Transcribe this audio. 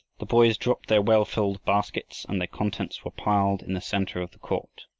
the boys dropped their well-filled baskets, and their contents were piled in the center of the court.